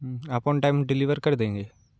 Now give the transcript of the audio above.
आप on time deliver कर देंगे